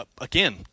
again